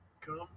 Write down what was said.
Come